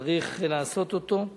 שצריך לעשות אותו,